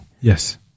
Yes